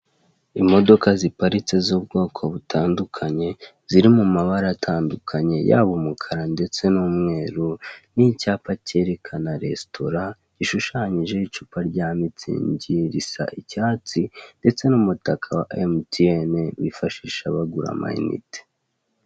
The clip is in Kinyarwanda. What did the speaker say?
Imodoka ziparitse z'ubwoko butandukanye ziri mu mabara atandukanye, yaba umukara ndetse n'umweru n'icyapa kerekana resitora, gishushanyijeho icupa rya mitsingi risa icyatsi ndetse n'umutaka wa emutiyene bifashisha bagura amayinite.